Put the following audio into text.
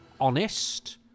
Honest